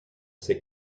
ses